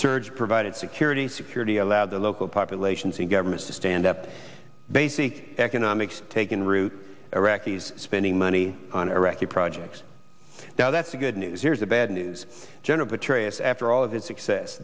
surge provided security security allowed the local populations and governments to stand up basic economics taken root iraqis spending money on iraq projects now that's a good news here's the bad news general petraeus after all of